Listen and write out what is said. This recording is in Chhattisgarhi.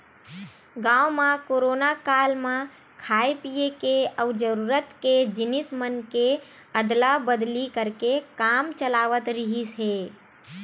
गाँव म कोरोना काल म खाय पिए के अउ जरूरत के जिनिस मन के अदला बदली करके काम चलावत रिहिस हे